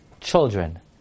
children